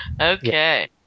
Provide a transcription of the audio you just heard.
Okay